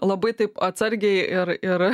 labai taip atsargiai ir ir